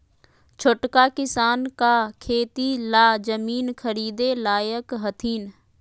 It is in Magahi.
छोटका किसान का खेती ला जमीन ख़रीदे लायक हथीन?